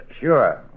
Sure